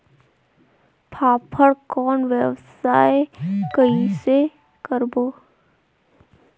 फाफण कौन व्यवसाय कइसे करबो?